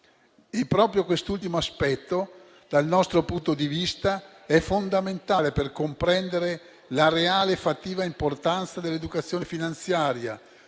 Proprio quest'ultimo aspetto, dal nostro punto di vista, è fondamentale per comprendere la reale e fattiva importanza dell'educazione finanziaria,